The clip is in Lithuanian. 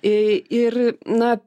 į ir na